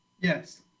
Yes